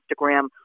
Instagram